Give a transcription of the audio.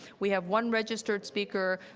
we have run registered speaker.